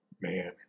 man